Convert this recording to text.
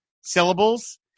syllables